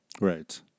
Right